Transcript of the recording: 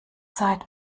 zeit